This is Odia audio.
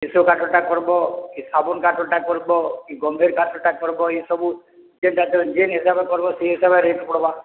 କାଠ'ଟା କର୍ବ କି ସାଗୁନ୍ କାଠ'ଟା କର୍ବ କି ଗମେର୍ କାଠ'ଟା କର୍ବ ଏସବୁ ଯେନ୍ତା ଯେନ୍ ହିସାବେ କର୍ବ ସେଇ ହିସାବ୍ ରେ ରେଟ୍ ପଡ଼୍ବା